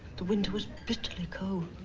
the winter was bitterly cold.